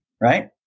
right